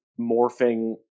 morphing